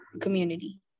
community